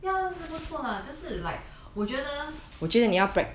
ya 是不错啦但是 like 我觉得